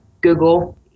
Google